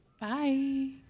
Bye